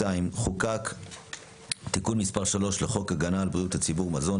חוקק תיקון מס' 3 לחוק הגנה על בריאות הציבור (מזון),